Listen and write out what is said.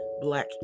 black